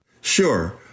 Sure